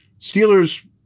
Steelers